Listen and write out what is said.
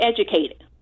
educated